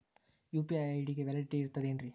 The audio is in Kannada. ಯು.ಪಿ.ಐ ಐ.ಡಿ ಗೆ ವ್ಯಾಲಿಡಿಟಿ ಇರತದ ಏನ್ರಿ?